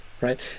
right